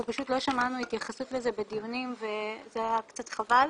אנחנו פשוט לא שמענו התייחסות לזה בדיונים וזה היה קצת חבל.